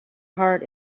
heart